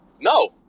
No